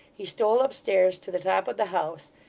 he stole upstairs to the top of the house,